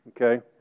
okay